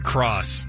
Cross